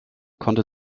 konnte